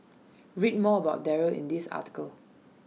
read more about Darryl in this article